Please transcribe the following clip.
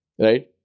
Right